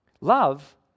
Love